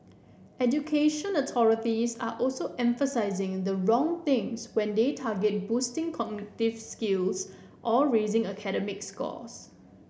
education authorities are also emphasising the wrong things when they target boosting cognitive skills or raising academic scores